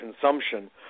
consumption